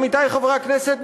עמיתי חברי הכנסת,